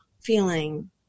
feeling